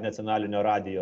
nacionalinio radijo